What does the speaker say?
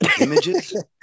images